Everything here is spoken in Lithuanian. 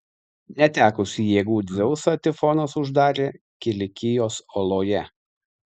netekusį jėgų dzeusą tifonas uždarė kilikijos oloje